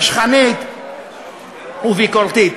נשכנית וביקורתית.